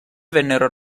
vennero